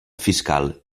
fiscal